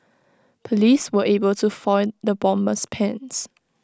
Police were able to foil the bomber's plans